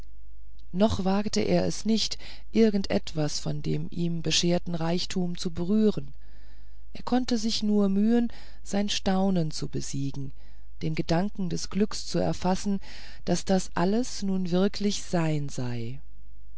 noch wagte er es nicht irgend etwas von dem ihm bescherten reichtum zu berühren er konnte sich nur mühen sein staunen zu besiegen den gedanken des glücks zu erfassen daß das alles nun wirklich sein sei